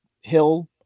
Hill